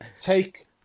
Take